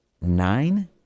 nine